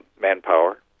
manpower